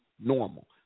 normal